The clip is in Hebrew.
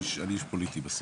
אני איש פוליטי בסוף.